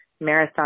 marathon